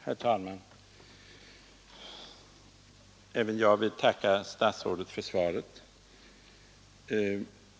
Herr talman! Även jag vill tacka statsrådet för svaret.